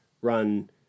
run